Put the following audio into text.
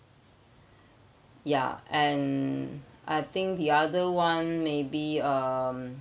ya and I think the other one maybe um